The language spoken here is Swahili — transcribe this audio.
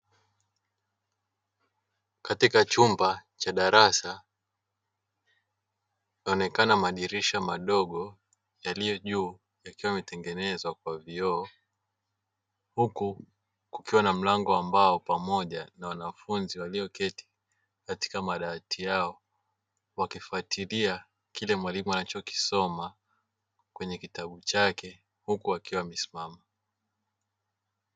Katika chumba cha darasa kunaoneka madirisha madogo yaliyo juu yakiwa yametengenezwa kwa vioo, huku kukiwa na mlango wa mbao pamoja na wanafunzi walioketi katika madawati yao, wakifuatilia kile mwalimu anachokisoma kwenye kitabu chake huku akiwa amesimama.